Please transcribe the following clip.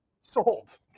Sold